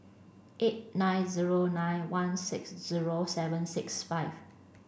eight nine zero nine one six zero seven six five